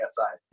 outside